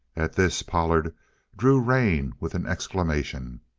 at this pollard drew rein with an exclamation.